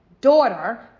daughter